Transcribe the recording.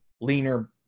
leaner